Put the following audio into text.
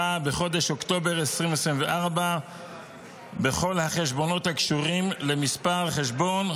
בחודש אוקטובר 2024 בכל החשבונות הקשורים למספר חשבון,